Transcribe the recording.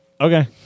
Okay